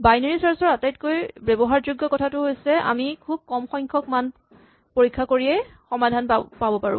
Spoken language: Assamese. বাইনেৰী চাৰ্ছ ৰ আটাইতকৈ ব্যৱহাৰযোগ্য কথাটো হৈছে আমি খুব কম সংখ্যক মান পৰীক্ষা কৰিয়েই সমাধান পাব পাৰো